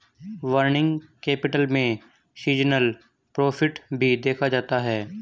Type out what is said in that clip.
working capital में seasonal profit भी देखा जाता है